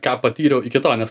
ką patyriau iki to nes